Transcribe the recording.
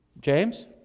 James